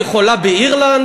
היא יכולה באירלנד,